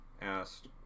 asked